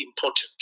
important